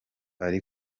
ari